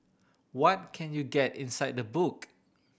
what can you get inside the book